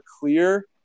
clear